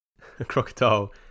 crocodile